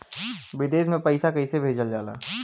विदेश में पैसा कैसे भेजल जाला?